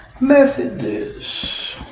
messages